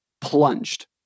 plunged